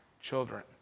children